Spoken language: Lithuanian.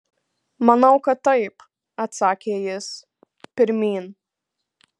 manau kad taip atsakė jis pirmyn